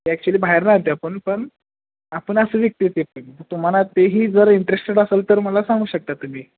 ते ॲक्च्युअली बाहेरून आणतो आपण पण आपण असं विकते ते पण मग तुम्हाला तेही जर इंटरेस्टेड असेल तर मला सांगू शकता तुम्ही